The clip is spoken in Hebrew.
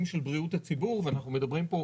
של בריאות הציבור ואנחנו מדברים פה,